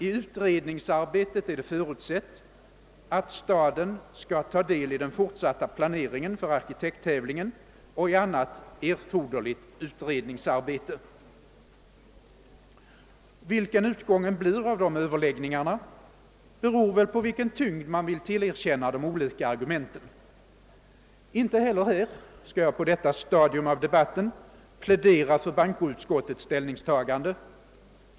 I utredningsarbetet är det förutsatt att staden skall taga del i den fortsatta planeringen för arkitekttävlingen och i annat erforderligt arbete. Vilken utgången av dessa överläggningar blir beror väl på vilket värde man vill tillmäta de olika argumenten. Inte heller på denna punkt skall jag i detta skede av debatten plädera för bankoutskottets ställningstagande.